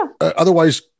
Otherwise